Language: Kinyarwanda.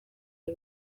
y’i